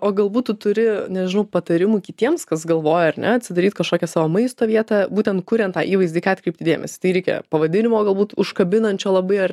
o galbūt tu turi nežinau patarimų kitiems kas galvoja ar ne atsidaryt kažkokią savo maisto vietą būtent kuriant tą įvaizdį į ką atkreipti dėmesį reikia pavadinimo galbūt užkabinančio labai ar